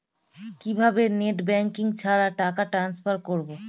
কিভাবে net banking ছাড়া টাকা ট্রান্সফার করবো?